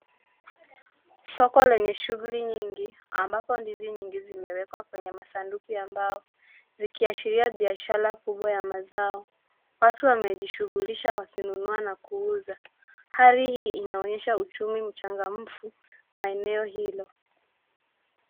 Soko lenye shughuli nyingi, ambapo ndizi nyingi zimewekwa kwenye masanduku ya mbao likiashiria biashara kubwa ya mazao. Watu wamejishughulisha wakinunua na kuuza. Hali hii inaonyesha uchumi mchangamfu wa eneo hilo.